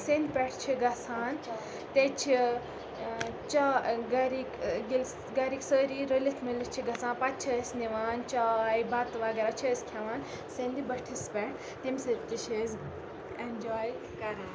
سیٚنٛدِ پٮ۪ٹھ چھِ گَژھان تیٚتہِ چھِ چا گَرِکۍ ییٚلہِ گَرِکۍ سٲری رٔلِتھ ملِتھ چھِ گَژھان پَتہٕ چھِ أسۍ نِوان چاے بَتہٕ وغیرہ چھِ أسۍ کھیٚوان سیٚنٛدِ بٔٹھِس پٮ۪ٹھ تمہِ سۭتۍ تہِ چھِ أسۍ اٮ۪نجاے کَران